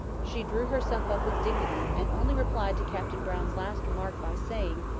she drew herself up with dignity, and only replied to captain brown's last remark by saying,